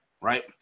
right